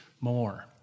more